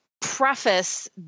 preface